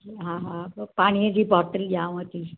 हा हा ॿ पाणीअ जी बॉटल ॾियांव थी